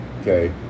Okay